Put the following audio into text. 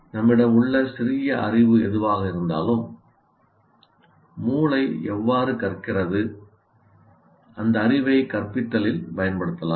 நம்மிடம் உள்ள சிறிய அறிவு எதுவாக இருந்தாலும் 'மூளை எவ்வாறு கற்கிறது' அந்த அறிவை கற்பித்தலில் பயன்படுத்தலாம்